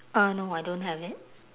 uh no I don't have it